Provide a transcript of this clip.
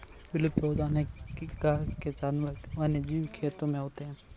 विलुप्त हो जाने की कगार के जानवर वन्यजीव खेती में होते हैं